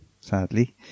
sadly